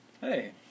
Hey